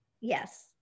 Yes